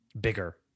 bigger